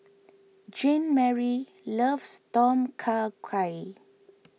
Jeanmarie loves Tom Kha Gai